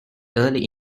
early